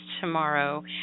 tomorrow